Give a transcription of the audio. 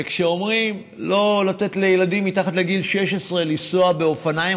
וכשאומרים לא לתת לילדים מתחת לגיל 16 לנסוע באופניים